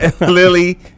Lily